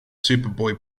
superboy